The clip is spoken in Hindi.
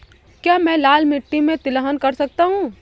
क्या मैं लाल मिट्टी में तिलहन कर सकता हूँ?